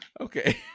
Okay